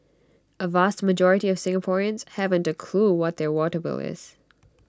A vast majority of Singaporeans haven't A clue what their water bill is